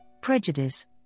prejudice